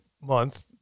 month